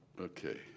Okay